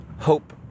hope